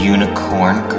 Unicorn